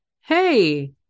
hey